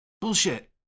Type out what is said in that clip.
Bullshit